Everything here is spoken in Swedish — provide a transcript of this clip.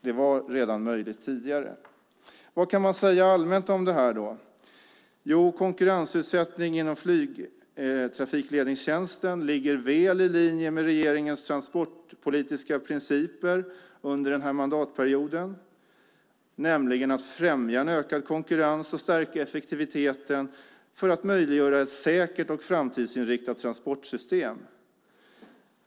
Det var redan möjligt tidigare. Vad kan man säga allmänt om det här? Konkurrensutsättning inom flygtrafikledningstjänsten ligger väl i linje med regeringens transportpolitiska principer under den här mandatperioden, nämligen att främja en ökad konkurrens och stärka effektiviteten för att möjliggöra ett säkert och framtidsinriktad transportsystem.